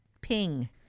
ping